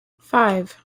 five